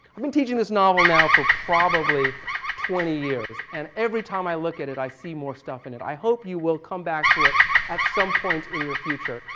i've been teaching this novel now for probably twenty years, and every time i look at it i see more stuff in it. i hope you will come back to it at some point in your future,